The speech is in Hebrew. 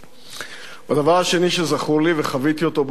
והדבר השני שזכור לי, וחוויתי אותו באופן אישי,